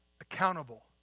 Accountable